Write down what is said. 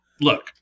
Look